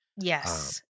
Yes